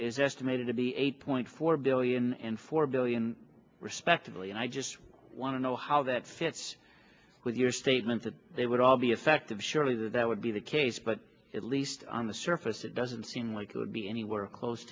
is estimated to be eight point four billion and four billion respectively and i just want to know how that fits with your statement that they would all be affected surely that would be the case but at least on the surface it doesn't seem like it would be anywhere close